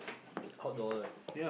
outdoor like